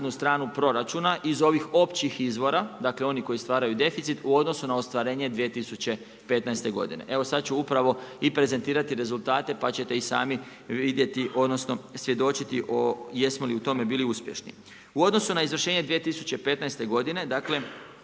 stranu proračuna iz ovih općih izvora. Dakle oni koji stvaraju deficit u odnosu na ostvarenje 2015. godine, evo sada ću upravo prezentirati rezultate pa ćete i sami vidjeti odnosno svjedočiti jesmo li u tome bili uspješni. U odnosu na izvršenje 2015. godine ovih